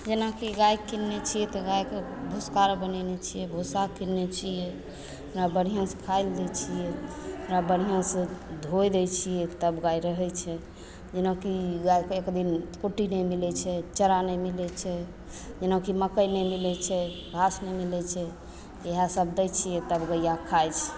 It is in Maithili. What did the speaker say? जेनाकि गाय कीनने छियै तऽ गायके भूसाघर बनेने छियै भूसा कीनने छियै ओकरा बढ़िआँसँ खाय लए दै छियै ओकरा बढ़िआँसँ धो दै छियै तब गाय रहय छै जेनाकि गायके एकदिन कुट्टि नहि मिलय छै चारा नहि मिलय छै जेनाकि मक्कइ नहि मिलय छै घास नहि मिलय छै इएह सब दै छियै तब गैया खाय छै